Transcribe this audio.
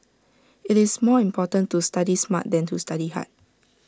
IT is more important to study smart than to study hard